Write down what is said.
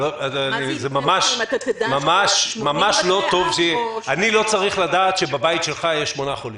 אני לא צריך לדעת שבבית שלך יש שמונה חולים.